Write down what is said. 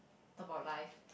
about life